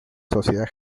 sociedad